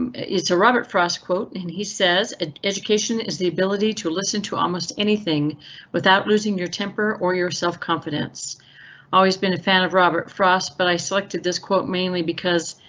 um it's a robert frost quote and and he says education is the ability to listen to almost anything without losing your temper or yourself. confidence always been a fan of robert frost, but i selected this quote mainly because,